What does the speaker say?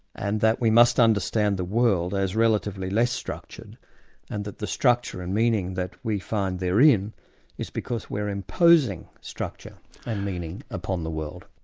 and that we must understand the world as relatively less structured and that the structure and meaning that we find therein is because we're imposing structure and meaning upon the world.